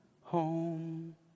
home